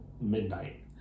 midnight